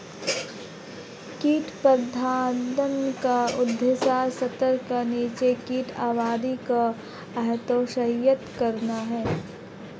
कीट प्रबंधन का उद्देश्य स्तर से नीचे कीट आबादी को हतोत्साहित करना है